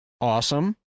Awesome